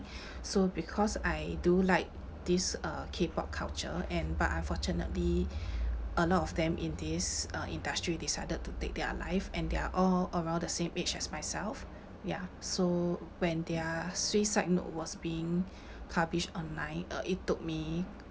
so because I do like this uh K pop culture and but unfortunately a lot of them in this uh industry decided to take their life and they are all around the same age as myself ya so when their suicide note was being published online uh it took me